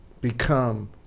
become